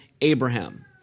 Abraham